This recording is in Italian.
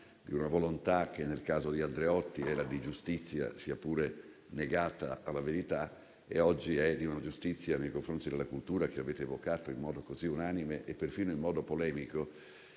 di una volontà che nel caso di Andreotti era di giustizia, sia pure negata alla verità, e oggi è di una giustizia nei confronti della cultura, che avete evocato in modo così unanime e perfino in modo polemico.